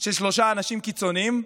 של שלושה אנשים קיצוניים,